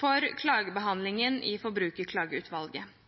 for klagebehandlingen i Forbrukerklageutvalget.